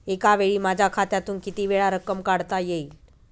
एकावेळी माझ्या खात्यातून कितीवेळा रक्कम काढता येईल?